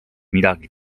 midagi